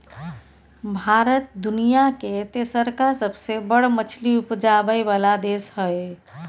भारत दुनिया के तेसरका सबसे बड़ मछली उपजाबै वाला देश हय